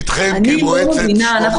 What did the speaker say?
אני לא מבינה על מה